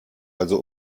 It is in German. also